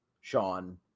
Sean